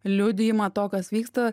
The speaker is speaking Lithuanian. liudijimą to kas vyksta